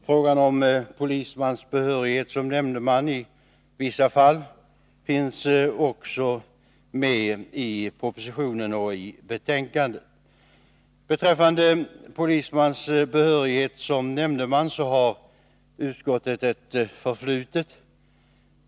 Frågan om polismans behörighet som nämndeman i vissa fall finns också med i propositionen och i betänkandet. Beträffande polismans behörighet som nämndeman har utskottet ett förflutet.